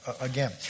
again